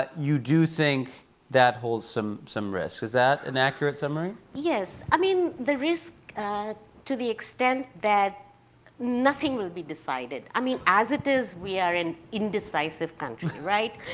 you do think that holds some some risk. is that an accurate summary? yes. i mean, the risk to the extent that nothing will be decided. i mean, as it is, we are an indecisive country, right?